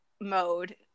mode